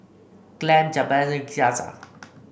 Clem Jabez Ceasar